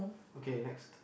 okay next